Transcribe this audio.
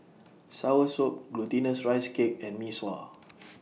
Soursop Glutinous Rice Cake and Mee Sua